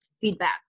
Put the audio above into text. feedback